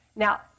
Now